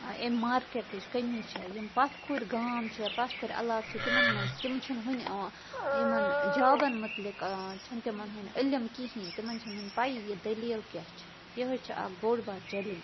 اَمہِ مارکیٚٹٕچ کٔمی چھِ یِم پَتھ کھوٗرِ گام چھِ پَتھ کھورِ علاقہٕ چھِ تِمَن منٛز تِمن چھِنہٕ وُںہِ یِوان ٲں یِمَن جابَن مُتعلِق ٲں چھِنہٕ تِمَن وُنہِ علِم کِہیٖنۍ تِمَن چھَنہٕ وُنہِ پَیٚیی یہِ دٔلیٖل کیٛاہ چھِ یِہٲے چھِ اَکھ بوٚڑ بارٕ چَلینٛج